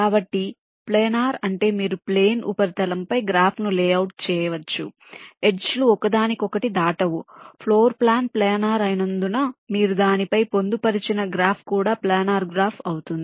కాబట్టి ప్లానార్ అంటే మీరు ప్లేన్ ఉపరితలంపై గ్రాఫ్ను లేఅవుట్ చేయవచ్చు ఎడ్జ్ లు ఒకదానికొకటి దాటవు ఫ్లోర్ ప్లాన్ ప్లానర్ అయినందున మీరు దానిపై పొందుపరిచిన గ్రాఫ్ కూడా ప్లానర్ గ్రాఫ్ అవుతుంది